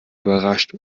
überrascht